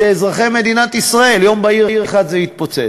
אלה אזרחי מדינת ישראל, ויום בהיר אחד זה יתפוצץ.